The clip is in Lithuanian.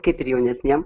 kaip ir jaunesniem